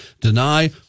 deny